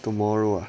tomorrow